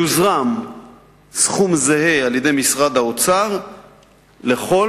יוזרם סכום זהה על-ידי משרד האוצר לכל